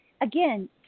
again